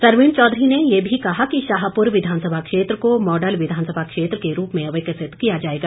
सरवीन चौधरी ने ये भी कहा कि शाहपुर विधानसभा क्षेत्र को मॉडल विधानसभा क्षेत्र के रूप में विकसित किया जाएगा